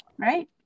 right